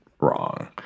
wrong